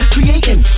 Creating